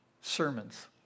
sermons